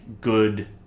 good